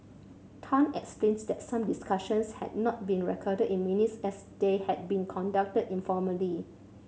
Tan explained that some discussions had not been recorded in minutes as they had been conducted informally